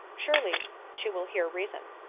surely she will hear reason.